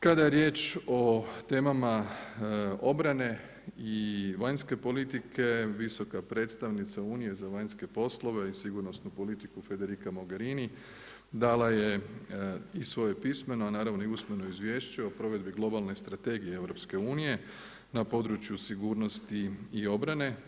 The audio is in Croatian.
Kada je riječ o temama obrane i vanjske politike visoka predstavnica Unije za vanjske poslove i sigurnosnu politiku Federica Mogherini dala je i svoje pismeno a naravno i usmeno izvješće o provedbi globalne strategije EU na području sigurnosti i obrane.